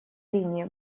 линии